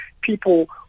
people